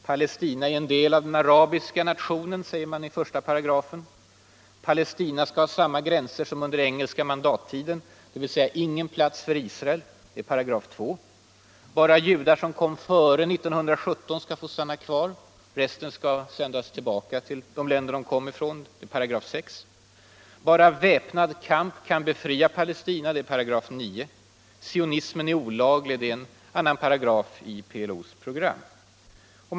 Palestina är en del av den arabiska nationen, så sägs det i den första paragrafen. Palestina skall ha samma gränser som under den engelska mandattiden, dvs. det finns ingen plats för Israel — det är § 2. Bara judar som kom till landet före 1917 skall få stanna kvar —- det är § 6. Bara väpnad kamp kan befria Palestina —§ 9. En annan paragraf i PLO:s program säger att sionismen är olaglig.